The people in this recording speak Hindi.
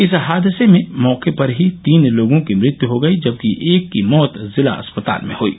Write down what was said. इस हादसे में मौके पर ही तीन लोगों की मृत्यू हो गयी जबकि एक की मौत जिला अस्पताल में हयी